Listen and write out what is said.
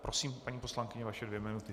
Prosím, paní poslankyně, vaše dvě minuty.